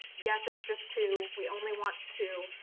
yes, it's just two. we only want two.